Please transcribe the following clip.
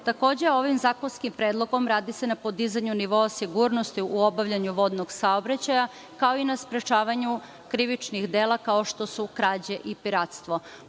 sektora. Takođe, ovim zakonskim predlogom radi se podizanju nivoa sigurnosti u obavljanju vodnog saobraćaja, kao i na sprečavanju krivičnih dela kao što su krađe i piratstvo.U